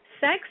Sex